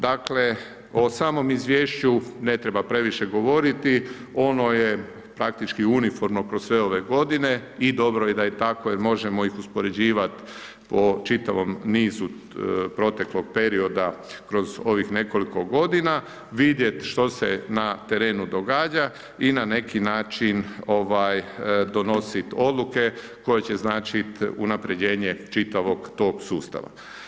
Dakle, o samom Izvješću ne treba previše govoriti, ono je praktički uniformno kroz sve ove godine, i dobro je da je tako jer možemo ih uspoređivat po čitavom nizu proteklog perioda kroz ovih nekoliko godina, vidjet što se na terenu događa i na neki način, ovaj, donosit odluke koje će značit unapređenje čitavog tog sustava.